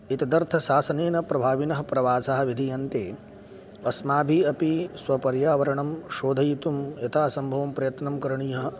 एतदर्थं शासनेन प्रभाविनः प्रवासः विधीयन्ते अस्माभिः अपि स्वपर्यावरणं शोधयितुं यथा सम्भवं प्रयत्नं करणीयः